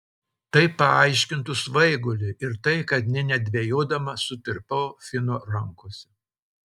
tai paaiškintų svaigulį ir tai kad nė nedvejodama sutirpau fino rankose